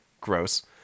Gross